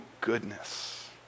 goodness